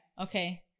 Okay